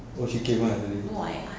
oh she came ah tadi